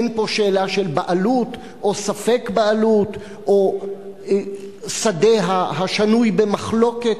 אין פה שאלה של בעלות או ספק-בעלות או שדה השנוי במחלוקת.